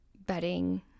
bedding